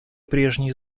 прежние